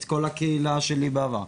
את כל הקהילה שלי בעבר,